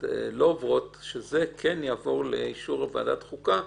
עוברות אלינו אנחנו מבקשים שהפעם זה כן יעבור לאישור ועדת חוקה,